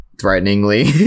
threateningly